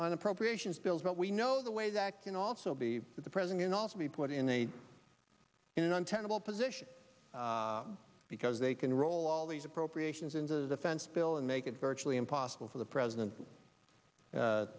on appropriations bills but we know the way that can also be at the present can also be put in a in an untenable position because they can roll all these appropriations into the fence bill and make it virtually impossible for the president